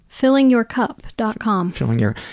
FillingYourCup.com